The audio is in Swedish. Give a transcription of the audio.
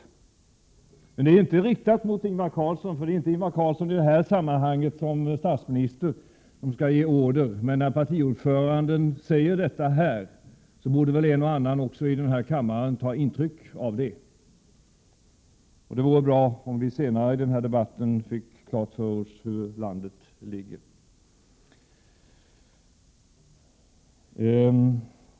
Den kritiken är dock inte riktad mot Ingvar Carlsson, för det är inte i det här sammanhanget Ingvar Carlsson som statsminister som skall ge order. Men när partiordföranden säger detta här, så borde väl en och annan i denna kammare ta intryck av det. Och det vore bra om vi senare i den här debatten fick klart för oss hur landet ligger.